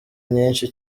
nyinshi